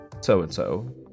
so-and-so